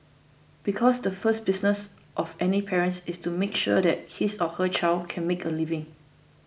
because the first business of any parent is to make sure that his or her child can make a living